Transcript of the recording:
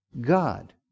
God